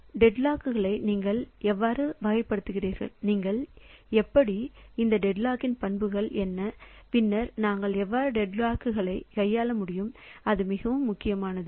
டெட்லாக்களை நீங்கள் எவ்வாறு வகைப்படுத்துகிறீர்கள் நீங்கள் எப்படி நீங்கள் எப்படி இந்த டெட்லாக்ன் பண்புகள் என்ன பின்னர் நாங்கள் எவ்வாறு டெட்லாக்களை கையாள முடியும் அது மிகவும் முக்கியமானது